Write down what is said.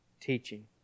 teaching